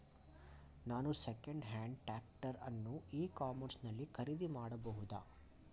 ನಾನು second hand tractor ಅನ್ನು e commerce ನಲ್ಲಿ ಖರೀದಿ ಮಾಡಬಹುದಾ?